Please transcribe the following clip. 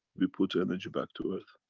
we put energy back to earth,